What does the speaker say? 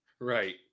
Right